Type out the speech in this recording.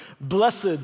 Blessed